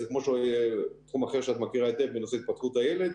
זה כמו תחום אחר שאת מכירה היטב בנושא התפתחות הילד.